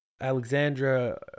Alexandra